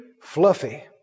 Fluffy